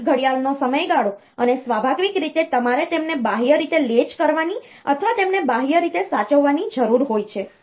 એક ઘડિયાળનો સમયગાળો અને સ્વાભાવિક રીતે તમારે તેમને બાહ્ય રીતે લૅચ કરવાની અથવા તેમને બાહ્ય રીતે સાચવવાની જરૂર હોય છે